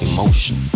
Emotion